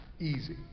easy